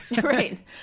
right